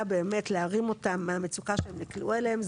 באמת להרים אותם מהמצוקה שהם נקלעו אליהם,